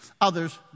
others